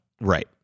Right